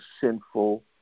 sinful